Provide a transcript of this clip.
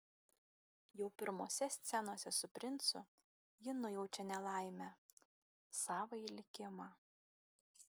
jau pirmose scenose su princu ji nujaučia nelaimę savąjį likimą